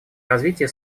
развития